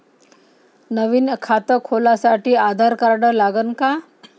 नवीन खात खोलासाठी आधार कार्ड लागन का?